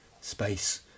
space